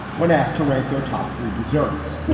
when asked to rank their top three desserts